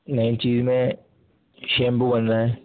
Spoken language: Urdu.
نئی چیز میں شیمپو بن رہے ہیں